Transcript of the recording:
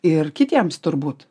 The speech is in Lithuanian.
ir kitiems turbūt